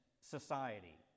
society